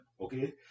okay